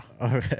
Okay